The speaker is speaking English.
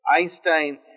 Einstein